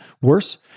worse